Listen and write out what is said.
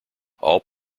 all